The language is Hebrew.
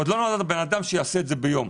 עוד לא נולד הבן אדם שיעשה את זה ביום.